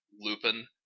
Lupin